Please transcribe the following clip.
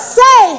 say